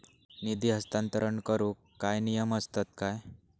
निधी हस्तांतरण करूक काय नियम असतत काय?